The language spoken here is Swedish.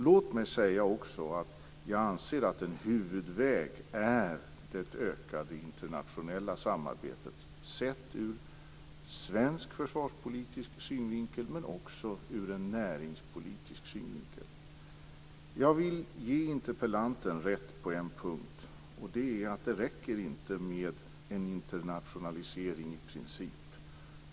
Låt mig också säga att jag anser att en huvudväg är det ökade internationella samarbetet, sett ur svensk försvarspolitisk synvinkel men också ur en näringspolitisk synvinkel. Jag vill ge interpellanten rätt på en punkt, nämligen att det inte räcker med en internationalisering i princip.